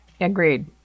Agreed